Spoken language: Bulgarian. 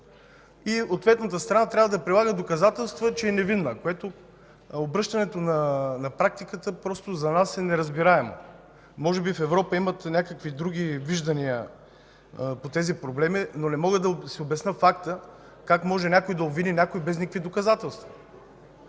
и ответната страна трябва да прилага доказателства, че е невинна. Обръщането на практиката за нас е неразбираемо. Може би в Европа имат някакви други виждания по тези проблеми, но не мога да си обясня факта как може някой да обвини някой, без никакви доказателства?!